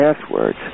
passwords